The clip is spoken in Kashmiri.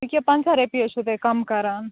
یہِ کیاہ پنژاہ رۄپیہِ حظ چھو تُہۍ کَم کَران